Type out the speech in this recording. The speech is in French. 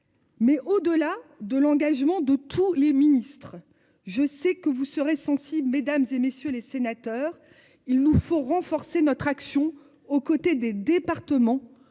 Mais au-delà de l'engagement de tous les ministres, je sais que vous serez sensible mesdames et messieurs les sénateurs. Il nous faut renforcer notre action aux côtés des départements